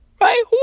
Right